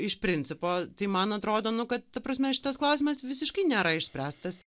iš principo tai man atrodonu kad ta prasme šitas klausimas visiškai nėra išspręstas